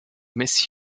miss